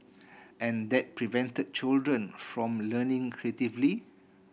and that prevent children from learning creatively